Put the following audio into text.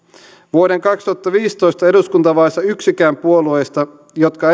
vuoden kaksituhattaviisitoista eduskuntavaaleissa yksikään puolueista jotka